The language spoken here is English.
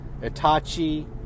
Itachi